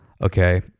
Okay